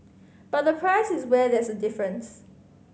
but the price is where there's a difference